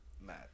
mad